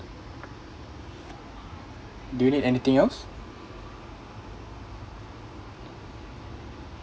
do you need anything else